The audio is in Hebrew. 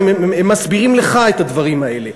והם מסבירים לך את הדברים האלה,